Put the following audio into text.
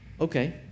Okay